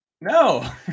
No